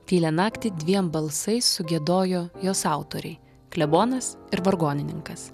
tylią naktį dviem balsais sugiedojo jos autoriai klebonas ir vargonininkas